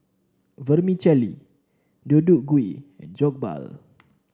Vermicelli Deodeok Gui and Jokbal